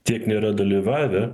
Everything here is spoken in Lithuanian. tiek nėra dalyvavę